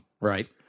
right